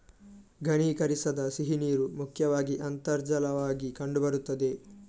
ಘನೀಕರಿಸದ ಸಿಹಿನೀರು ಮುಖ್ಯವಾಗಿ ಅಂತರ್ಜಲವಾಗಿ ಕಂಡು ಬರುತ್ತದೆ